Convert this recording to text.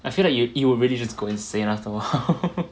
I feel like you you would really just go insane after work